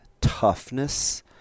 toughness